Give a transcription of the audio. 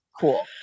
cool